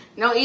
no